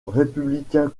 républicain